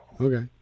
Okay